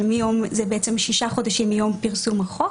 אבל זה בעצם 6 חודשים מיום פרסום החוק.